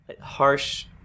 harsh